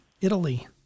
Italy